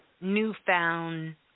newfound